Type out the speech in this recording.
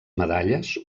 medalles